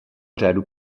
řádu